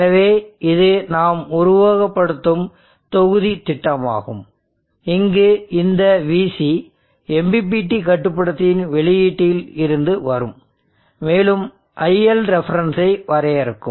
எனவே இது நாம் உருவகப்படுத்தும் தொகுதித் திட்டமாகும் இங்கு இந்த VC MPPT கட்டுப்படுத்தியின் வெளியீட்டில் இருந்து வரும் மேலும் Iref ஐ வரையறுக்கும்